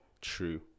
true